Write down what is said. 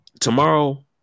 tomorrow